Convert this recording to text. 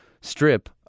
strip